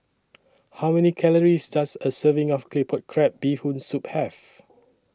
How Many Calories Does A Serving of Claypot Crab Bee Hoon Soup Have